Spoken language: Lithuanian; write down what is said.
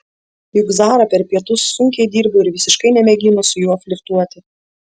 juk zara per pietus sunkiai dirbo ir visiškai nemėgino su juo flirtuoti